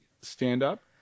stand-up